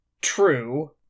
true